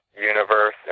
universe